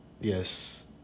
Yes